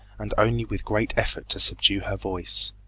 and only with great effort to subdue her voice.